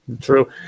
True